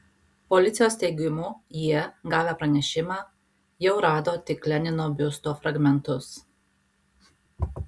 policijos teigimu jie gavę pranešimą jau rado tik lenino biusto fragmentus